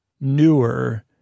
newer